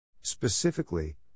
Specifically